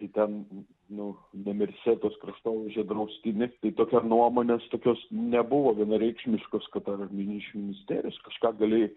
į ten nu nemirsetos kraštovaizdžio draustiny tai tokia nuomonės tokios nebuvo vienareikšmiškos kad ar mini iš ministerijos kažką galėjai